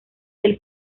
del